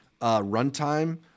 runtime